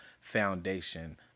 Foundation